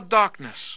darkness